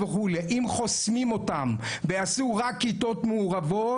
אם חוסמים אותם ועשו רק כיתות מעורבות,